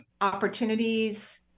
opportunities